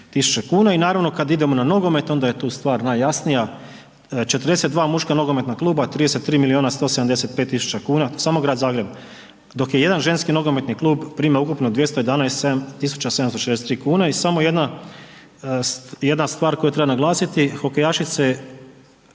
I naravno kada idemo na nogomet onda je tu stvar najjasnija 42 muška nogometna kluba 33 milijuna 175 tisuća kuna samo Grad Zagreb, dok je jedan ženski nogometni klub prima ukupno 211 tisuća 763 kune. I samo jedna stvar koju treba naglasiti, hokejašice